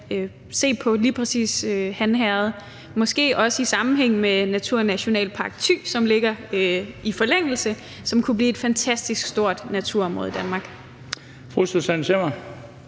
se på lige præcis Han Herred, måske også i sammenhæng med Nationalpark Thy, som ligger i forlængelse, og det kunne blive et fantastisk stort naturområde i Danmark.